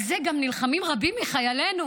על זה גם נלחמים רבים מחיילינו